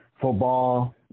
football